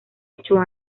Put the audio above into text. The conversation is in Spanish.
ocho